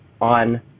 on